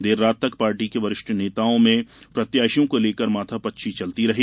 देर रात तक पार्टी के वरिष्ठ नेताओं में प्रत्याशियों को लेकर माथा पच्ची चलती रही